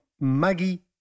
Maggie